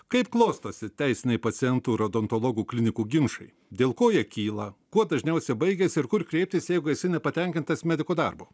kaip klostosi teisiniai pacientų ir odontologų klinikų ginčai dėl ko jie kyla kuo dažniausia baigiasi ir kur kreiptis jeigu esi nepatenkintas medikų darbu